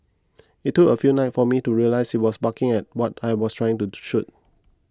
it took a few nights for me to realise it was barking at what I was trying to shoot